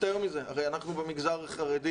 יותר מזה, הרי אנחנו במגזר החרדי